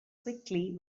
quickly